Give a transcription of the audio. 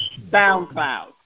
SoundCloud